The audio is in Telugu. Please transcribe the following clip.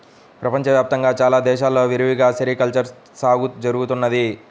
ప్రపంచ వ్యాప్తంగా చాలా దేశాల్లో విరివిగా సెరికల్చర్ సాగు జరుగుతున్నది